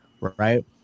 right